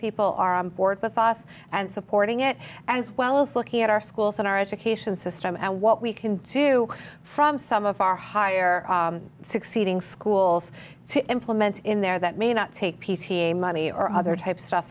people are on board with us and supporting it as well as looking at our schools and our education system and what we can do from some of our higher succeeding schools to implement in there that may not take p c m money or other type stuff